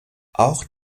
auch